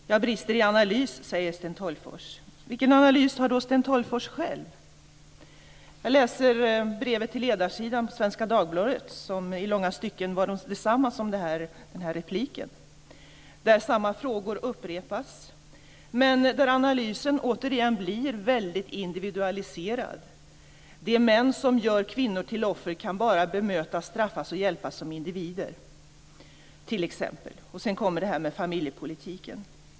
Fru talman! Jag brister i analys, säger Sten Tolgfors. Vilken analys har Sten Tolgfors själv? Jag läser brevet till ledarsidan på Svenska Dagbladet, som i långa stycken var detsamma som den här repliken. Samma frågor upprepas, men analysen blir återigen mycket individualiserad. De män som gör kvinnor till offer kan t.ex. bara bemötas, straffas och hjälpas som individer. Sedan kommer familjepolitiken.